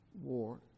war